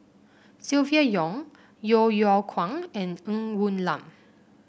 Silvia Yong Yeo Yeow Kwang and Ng Woon Lam